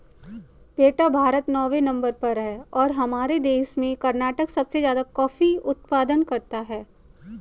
बेटा भारत नौवें नंबर पर है और हमारे देश में कर्नाटक सबसे ज्यादा कॉफी उत्पादन करता है